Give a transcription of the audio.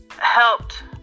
helped